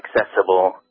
accessible